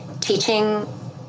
teaching